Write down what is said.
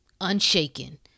unshaken